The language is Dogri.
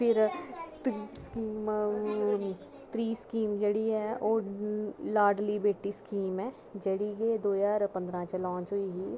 ते फिर त्रीऽ स्कीम जेह्ड़ी ही ओह् ही लाड़ली बेटी स्कीम ऐ जेह्ड़ी की दौ ज्हार पंदरां च लांच होई ही